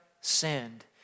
sinned